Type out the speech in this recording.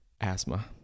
asthma